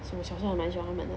什么我小时候蛮喜欢他们的